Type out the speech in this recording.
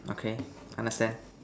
okay understand